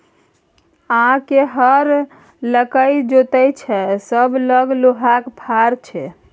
आब के हर लकए जोतैय छै सभ लग लोहाक फार छै